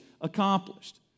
accomplished